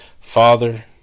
Father